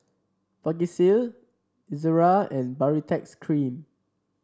Vagisil Ezerra and Baritex Cream